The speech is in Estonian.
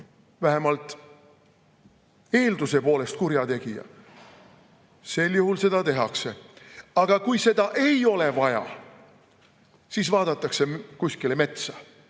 vähemalt eelduse poolest kurjategija, sel juhul seda tehakse. Aga kui seda ei ole vaja, siis vaadatakse kuskile metsa,